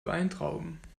weintrauben